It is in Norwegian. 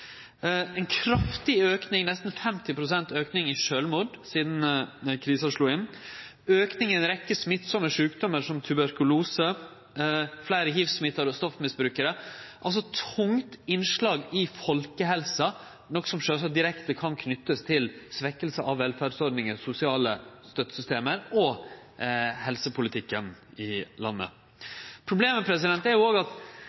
ein kraftig auke – nesten 50 pst. auke – i talet på sjølvmord sidan krisa slo inn, auke i ei rekkje smittsame sjukdomar som tuberkulose, fleire hiv-smitta stoffmisbrukarar – altså tungt innslag i folkehelsa, noko som sjølvsagt direkte kan knytast til svekking av velferdsordningar, sosiale støttesystem og helsepolitikken i landet.